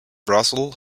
brothel